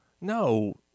No